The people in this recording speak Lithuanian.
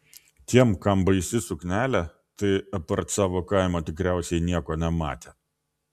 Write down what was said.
tie kam baisi suknelė tai apart savo kaimo tikriausiai nieko nematė